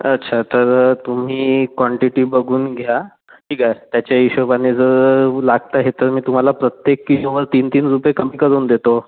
अच्छा तर तुम्ही क्वांटिटी बघून घ्या ठीक आहे तर त्याच्या हिशोबाने जर लागतं आहे तर मी तुम्हाला प्रत्येक किलोवर तीन तीन रुपये कमी करून देतो